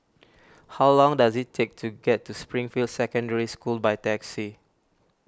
how long does it take to get to Springfield Secondary School by taxi